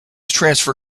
transfer